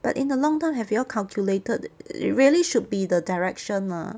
but in the long time have you all calculated it really should be the direction lah